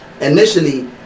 Initially